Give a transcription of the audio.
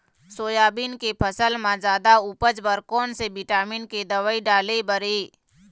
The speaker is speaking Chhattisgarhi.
सोयाबीन के फसल म जादा उपज बर कोन से विटामिन के दवई डाले बर ये?